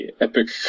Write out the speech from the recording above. epic